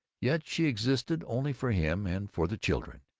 yet she existed only for him and for the children,